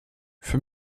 für